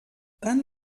tant